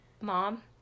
Mom